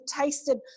tasted